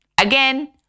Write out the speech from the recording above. again